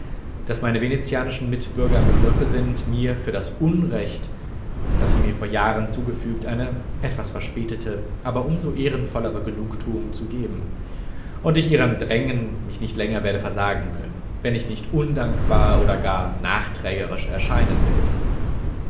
daß meine venezianischen mitbürger im begriffe sind mir für das unrecht das sie mir vor jahren zugefügt eine etwas verspätete aber um so ehrenvollere genugtuung zu geben und ich ihrem drängen mich nicht länger werde versagen können wenn ich nicht undankbar oder gar nachträgerisch erscheinen will